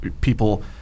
people